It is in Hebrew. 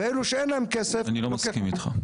ואילו שאין להם כסף --- אני לא מסכים אתך.